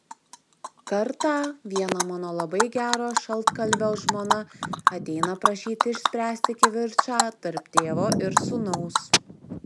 kartą vieno mano labai gero šaltkalvio žmona ateina prašyti išspręsti kivirčą tarp tėvo ir sūnaus